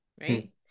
right